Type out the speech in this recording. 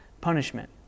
punishment